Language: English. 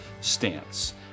stance